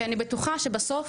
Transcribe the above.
כי אני בטוחה שבסוף,